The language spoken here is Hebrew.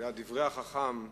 כדברי החכם שאמר: